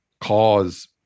cause